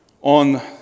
on